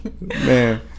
Man